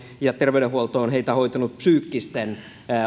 ja terveydenhuoltomme on heitä hoitanut psyykkisten